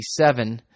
1967